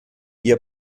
ihr